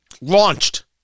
launched